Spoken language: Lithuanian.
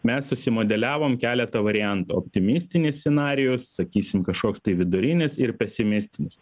mes susimodeliavom keletą variantų optimistinis scenarijus sakysim kažkoks tai vidurinis ir pesimistinis